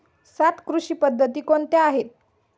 सात कृषी पद्धती कोणत्या आहेत?